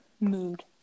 Mood